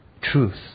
truth